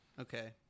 Okay